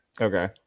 Okay